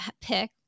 pick